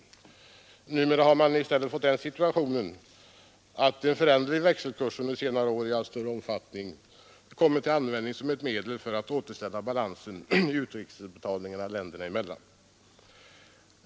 Under senare år har vi i stället fått den situationen att en föränderlig växelkurs i allt större omfattning har kommit till användning som ett medel för att återställa balansen i utrikesbetalningarna länderna emellan.